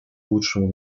лучшему